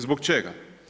Zbog čega?